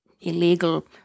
illegal